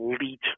elite